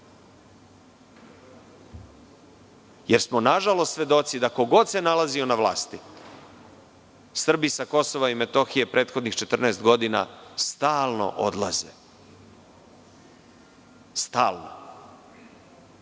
jer smo nažalost svedoci da, ko god se nalazio na vlasti, Srbi sa Kosova i Metohije prethodnih 14 godina stalno odlaze. Nekada